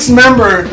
member